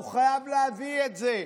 הוא חייב להביא את זה.